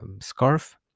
scarf